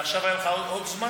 ועכשיו היה לך עוד זמן?